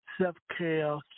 Self-Care